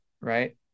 right